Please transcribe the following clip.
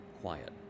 quiet